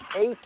eight